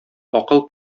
акыл